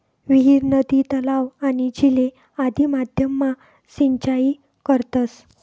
विहीर, नदी, तलाव, आणि झीले आदि माध्यम मा सिंचाई करतस